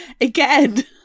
again